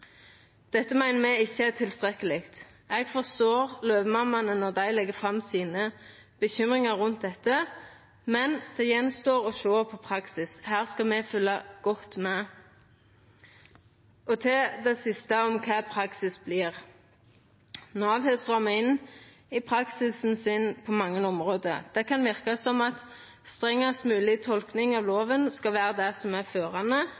Dette meiner me ikkje er tilstrekkeleg. Eg forstår løvemammaene når dei legg fram sine bekymringar rundt dette, men det står att å sjå dette i praksis. Her skal me følgja godt med. Til det siste om kva praksis vert. Nav har stramma inn i praksisen sin på mange område. Det kan verka som at strengast mogleg tolking av loven skal vera det som er førande.